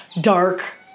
dark